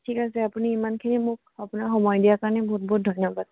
ঠিক আছে আপুনি ইমানখিনি মোক আপোনাৰ সময় দিয়া কাৰণে বহুত বহুত ধন্যবাদ